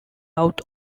out